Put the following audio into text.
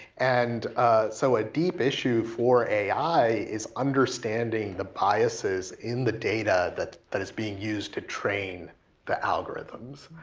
and so a deep issue for ai is understanding the biases in the data that that is being used to train the algorithms.